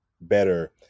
better